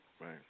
Right